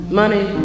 money